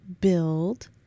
Build